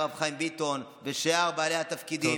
הרב חיים ביטון ושאר בעלי התפקידים.